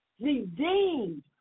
redeemed